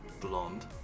blonde